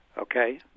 Okay